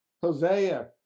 Hosea